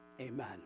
Amen